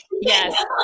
yes